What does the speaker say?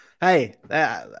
Hey